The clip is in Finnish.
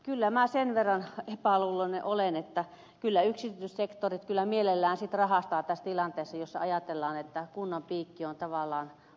kyllä minä sen verran epäluuloinen olen että yksityissektorit kyllä mielellään sitten rahastavat tässä tilanteessa jossa ajatellaan että kunnan piikki on tavallaan auki